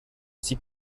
sie